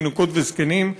תינוקות וזקנים,